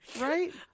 right